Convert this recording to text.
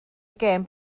gêm